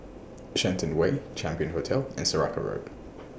Shenton Way Champion Hotel and Saraca Road